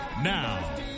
Now